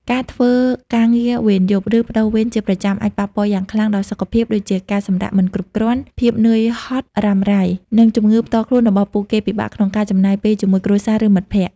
ការធ្វើការជាវេនយប់ ឬប្តូរវេនជាប្រចាំអាចប៉ះពាល់យ៉ាងខ្លាំងដល់សុខភាព ដូចជាការសម្រាកមិនគ្រប់គ្រាន់ ភាពនឿយហត់រ៉ាំរ៉ៃ និងជីវិតផ្ទាល់ខ្លួនរបស់ពួកគេ ពិបាកក្នុងការចំណាយពេលជាមួយគ្រួសារ ឬមិត្តភក្តិ។